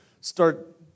start